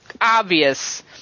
obvious